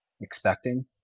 expecting